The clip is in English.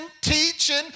teaching